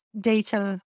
data